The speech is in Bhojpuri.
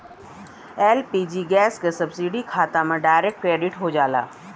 एल.पी.जी गैस क सब्सिडी खाता में डायरेक्ट क्रेडिट हो जाला